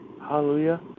Hallelujah